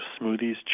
smoothies